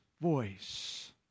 voice